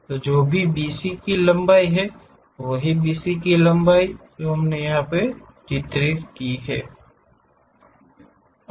तो जो भी BC की लंबाई है वही BC लंबाई है जो हम यहा चित्रित करेंगे